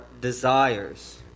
desires